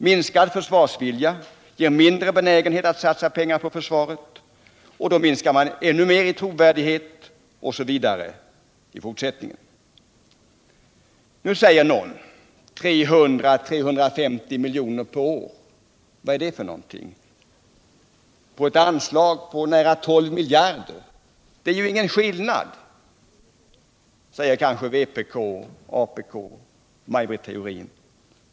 Minskade försvarsanslag ger mindre benägenhet att satsa pengar på försvaret, och då minskar man ännu mer i trovärdighet osv. i fortsättningen. Nu säger någon: 300-350 miljoner per år, vad är det för någonting att bråka om på ett anslag på nära 12 miljarder? Det är ju ingen skillnad, säger kanske vpk, apk och Maj Britt Theorin.